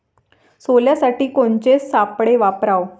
सोल्यासाठी कोनचे सापळे वापराव?